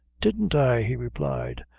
didn't i? he replied,